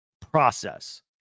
process